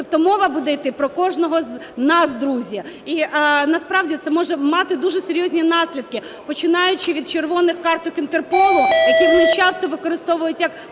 Тобто мова буде йти про кожного з нас, друзі. І насправді це може мати дуже серйозні наслідки, починаючи від червоних карток Інтерполу, які вони часто використовують як